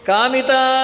Kamita